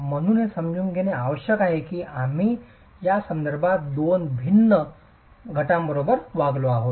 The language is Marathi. म्हणून हे समजून घेणे आवश्यक आहे की आम्ही या संदर्भात दोन भिन्न घटनांबरोबर वागलो आहोत